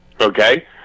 okay